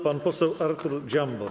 Pan poseł Artur Dziambor.